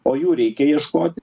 o jų reikia ieškoti